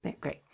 Great